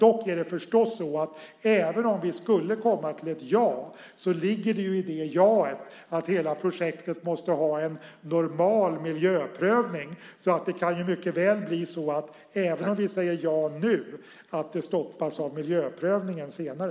Och även om vi skulle komma till ett ja ligger det förstås i detta ja att hela projektet måste ha en normal miljöprövning. Det kan alltså mycket väl bli så, även om vi säger ja nu, att det stoppas av miljöprövningen senare.